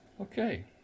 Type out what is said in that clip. okay